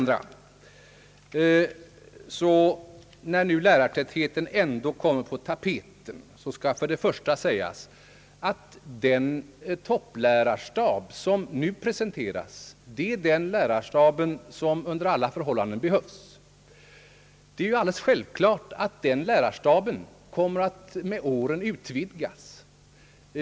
När nu frågan om lärartätheten ändå kommit upp skall för det första sägas, att den topplärarstab som nu presenteras, är den lärarstab som under alla förhållanden behövs. Det är alldeles självklart att den lärarstaben med åren kommer att utvidgas.